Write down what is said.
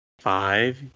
Five